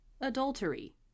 adultery